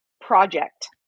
project